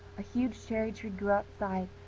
a huge cherry-tree grew outside,